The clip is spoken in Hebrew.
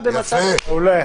קארין,